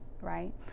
right